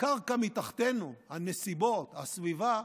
הקרקע מתחתינו, הנסיבות, הסביבה,